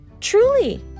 truly